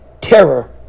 terror